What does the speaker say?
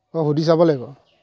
অঁ সুধি চাব লাগিব